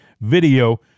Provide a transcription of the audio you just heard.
video